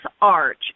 Arch